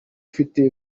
ufite